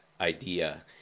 idea